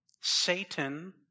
Satan